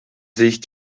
sich